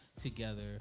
together